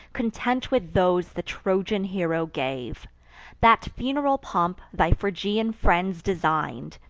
content with those the trojan hero gave that funeral pomp thy phrygian friends design'd,